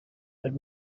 but